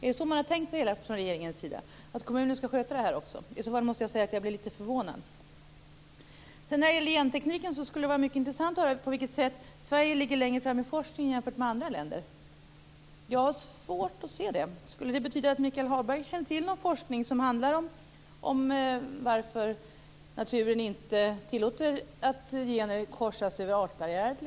Är det vad regeringen har tänkt sig? I så fall måste jag säga att jag blir litet förvånad. Beträffande gentekniken skulle det vara intressant att höra på vilket sätt Sverige ligger först jämfört med andra länder. Jag har svårt att se det. Betyder det att Michael Hagberg känner till någon forskning om t.ex. varför naturen inte tillåter att gener korsas över artbarriärer?